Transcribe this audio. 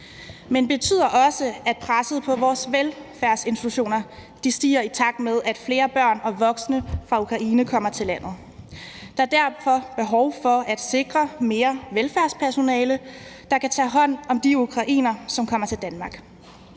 men den betyder også, at presset på vores velfærdsinstitutioner stiger, i takt med at flere børn og voksne fra Ukraine kommer til landet. Der er derfor behov for at sikre mere velfærdspersonale, der kan tage hånd om de ukrainere, som kommer til Danmark.